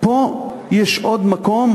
פה יש עוד מקום,